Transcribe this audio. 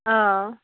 অঁ